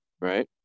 right